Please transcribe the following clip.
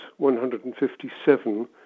157